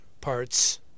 parts